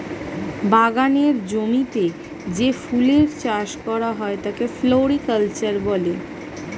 বাগানের জমিতে যে ফুলের চাষ করা হয় তাকে ফ্লোরিকালচার বলে